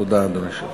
תודה, אדוני היושב-ראש.